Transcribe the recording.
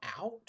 out